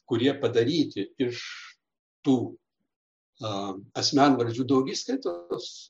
kurie padaryti iš tų asmenvardžių daugiskaitos